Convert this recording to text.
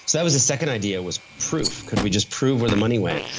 that was the second idea, was proof. could we just prove where the money went?